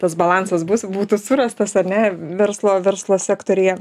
tas balansas bus būtų surastas ar ne verslo verslo sektoriuje